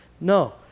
No